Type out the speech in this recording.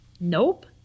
Nope